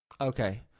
Okay